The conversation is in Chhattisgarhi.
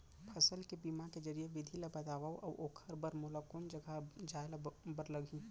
फसल के बीमा जरिए के विधि ला बतावव अऊ ओखर बर मोला कोन जगह जाए बर लागही?